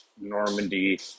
Normandy